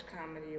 comedy